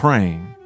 Praying